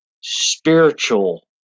spiritual